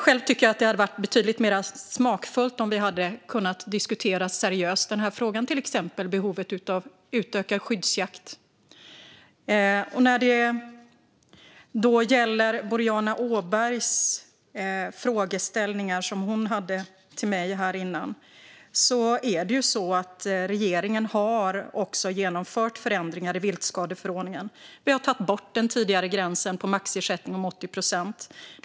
Själv tycker jag att det hade varit betydligt mycket mer smakfullt om vi hade kunnat diskutera frågan seriöst, till exempel behovet av utökad skyddsjakt. När det gäller Boriana Åbergs frågeställningar är det ju så att regeringen har genomfört förändringar i viltskadeförordningen. Vi har tagit bort den tidigare gränsen på maxersättning om 80 procent.